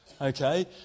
okay